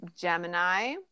Gemini